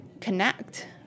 connect